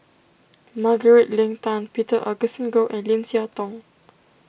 Margaret Leng Tan Peter Augustine Goh and Lim Siah Tong